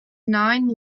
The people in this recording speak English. nine